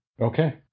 Okay